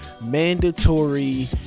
mandatory